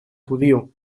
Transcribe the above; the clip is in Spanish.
judío